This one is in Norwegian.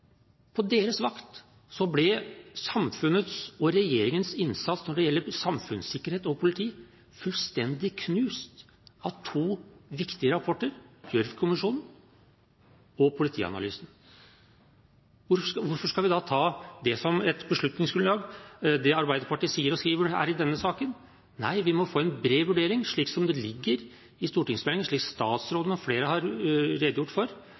På deres vakt ble samfunnets og regjeringens innsats når det gjelder samfunnssikkerhet og politi, fullstendig knust av to viktige rapporter: Gjørv-kommisjonens og politianalysen. Hvorfor skal vi da ta det Arbeiderpartiet sier og skriver i denne saken som beslutningsgrunnlag? Nei, vi må få en bred vurdering, slik som det ligger i stortingsmeldingen og som statsråden og flere har redegjort for.